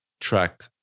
track